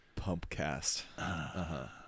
Pumpcast